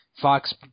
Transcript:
Fox